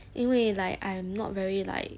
因为 like I am not very like